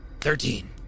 Thirteen